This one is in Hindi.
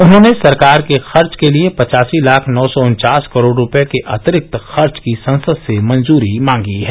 उन्होंने सरकार के खर्च के लिए पचासी लाख नौ सौ उन्चास करोड़ रूपये के अतिरिक्त खर्च की संसद से मंजूरी मांगी है